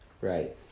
Right